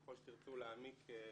ככל שתרצו להעמיק ולהרחיב,